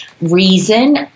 reason